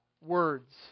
words